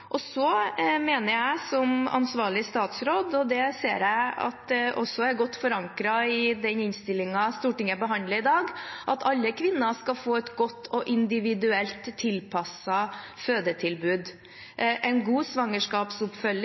mener som ansvarlig statsråd – og det ser jeg også er godt forankret i den innstillingen Stortinget behandler i dag – at alle kvinner skal få et godt og individuelt tilpasset fødetilbud, en god svangerskapsoppfølging